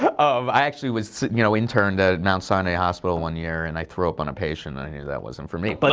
kind of i actually was you know interned ah at mt. sinai hospital one year and i threw up on a patient that and i knew that wasn't for me. but